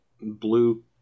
blue